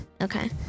Okay